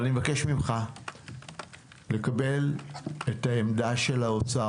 אבל אני מבקש ממך לקבל את העמדה של האוצר